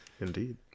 Indeed